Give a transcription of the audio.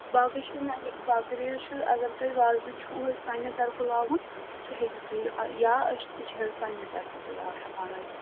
باقٕے چھُنہٕ باقٕے چھُ اگر تۄہہ وازٕ چھُو حظ پنٛنہِ طرفہٕ لاگُن سُہ ہیٚکِو تُہۍ یا أسۍ تہِ چھِ حظ پنٛنہِ طرفہٕ تہِ لا ہٮ۪کان لٲگِتھ